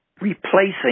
replacing